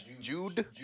Jude